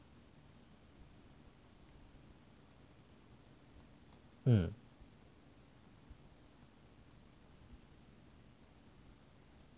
嗯